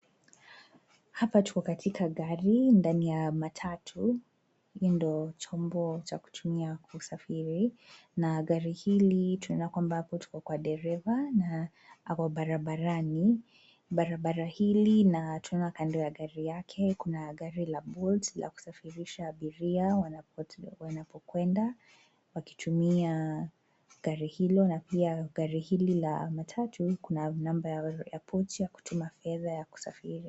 Hapa tuko katika gari ndani ya matatu ii ndio jombo cha kutumia kusafiri na gari ili tuona kwamba hapo tuko kwa dereva na ako barabarani, barabara ili na tunaona kando ya gari yake kuna gari la Bolt la kusafirisha abiria wanapokwenda wakitumia gari ilo na pia ili ya matatu kuna nambari ya pochi ya kutumia fedha ya kukisafiri